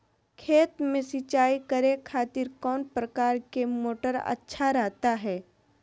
खेत में सिंचाई करे खातिर कौन प्रकार के मोटर अच्छा रहता हय?